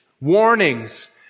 warnings